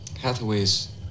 Hathaway's